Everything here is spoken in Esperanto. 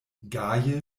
gaje